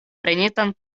prenitan